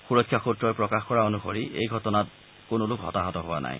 সুৰক্ষা সূত্ৰই প্ৰকাশ কৰা অনুসৰি এই ঘটনাত কোনো লোক হতাহত হোৱা নাই